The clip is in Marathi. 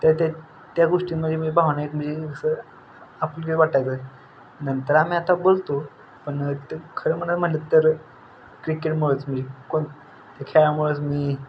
त्याच्यात त ते त्या गोष्टींमध्ये मी भावना एक मजे असं आपुलकी वाटायचं नंतर आम्ही आता बोलतो पण ते खरं म्हणत म्हटलं तर क्रिकेटमुळेच मी कोण ते खेळामुळेच मी